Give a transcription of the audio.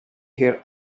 hear